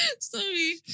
Sorry